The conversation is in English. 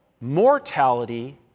mortality